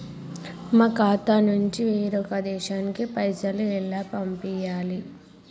మా ఖాతా నుంచి వేరొక దేశానికి పైసలు ఎలా పంపియ్యాలి?